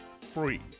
free